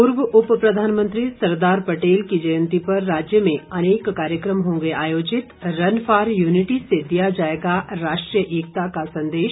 पूर्व उप प्रधानमंत्री सरदार पटेल की जयंती पर राज्य में अनेक कार्यक्रम होंगे आयोजित रन फॉर यूनिटी से दिया जाएगा राष्ट्रीय एकता का संदेश